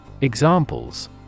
Examples